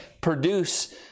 produce